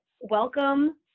welcome